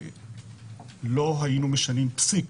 לא היינו משנים פסיק